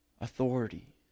authority